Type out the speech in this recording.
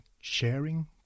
sharing